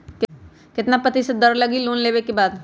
कितना प्रतिशत दर लगी लोन लेबे के बाद?